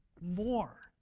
more